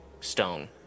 stone